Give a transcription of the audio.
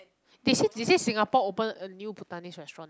they say they say singapore open a new bhutanese restaurant ah